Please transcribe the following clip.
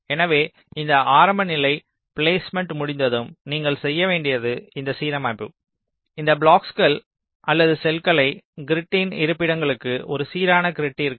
எனவே இந்த ஆரம்ப நிலை பிலேஸ்மேன்ட் முடிந்ததும் நீங்கள் செய்ய வேண்டியது இந்த சீரமைப்பு இந்த பிளாக்ஸ்கள் அல்லது செல்களை கிரிட்டின் இருப்பிடங்களுக்கு ஒரு சீரான கிரிட்டிற்கு